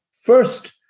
First